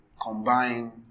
combine